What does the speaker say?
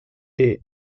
est